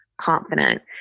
confident